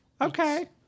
Okay